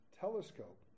telescope